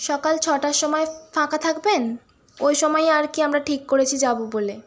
সকাল ছটার সময় ফাঁকা থাকবেন ওই সময়ই আর কি আমরা ঠিক করেছি যাবো বলে